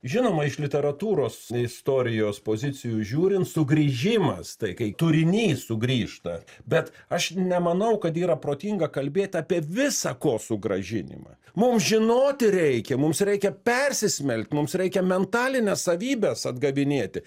žinoma iš literatūros istorijos pozicijų žiūrint sugrįžimas tai kai turinys sugrįžta bet aš nemanau kad yra protinga kalbėt apie visą ko sugrąžinimą mum žinoti reikia mums reikia persismel mums reikia mentalines savybes atgavinėti